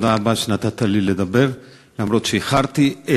תודה רבה שנתת לי לדבר אפילו שאיחרתי.